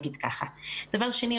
דבר שני,